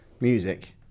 music